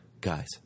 guys